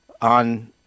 on